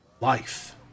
life